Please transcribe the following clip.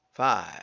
Five